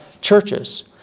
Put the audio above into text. churches